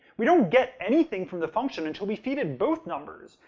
we don't get anything from the function until we feed it both numbers.